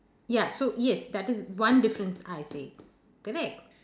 ya so yes that is one difference I see correct